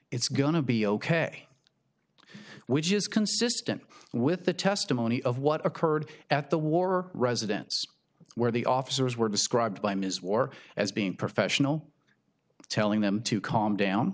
it's going to be ok which is consistent with the testimony of what occurred at the war residence where the officers were described by ms or as being professional telling them to calm down